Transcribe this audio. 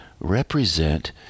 represent